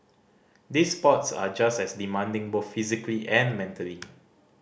these sports are just as demanding both physically and mentally